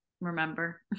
remember